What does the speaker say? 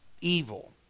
evil